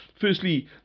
Firstly